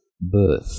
Birth